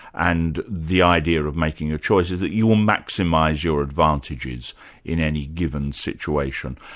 and the idea of making a choice is that you will maximise your advantages in any given situation.